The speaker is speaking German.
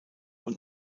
und